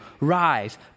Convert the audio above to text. rise